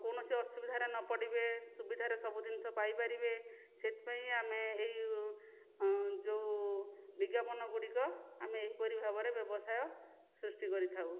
କୌଣସି ଅସୁବିଧାରେ ନ ପଡ଼ିବେ ସୁବିଧାରେ ସବୁ ଜିନିଷ ପାଇପାରିବେ ସେଥିପାଇଁ ଆମେ ଏହି ଯେଉଁ ବିଜ୍ଞାପନ ଗୁଡ଼ିକ ଆମେ ଏହିପରି ଭାବରେ ବ୍ୟବସାୟ ସୃଷ୍ଟି କରିଥାଉ